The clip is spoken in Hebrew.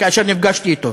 כשנפגשתי אתו,